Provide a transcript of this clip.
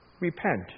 Repent